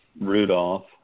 Rudolph